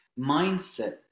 mindset